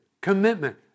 Commitment